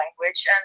language